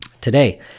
Today